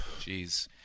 Jeez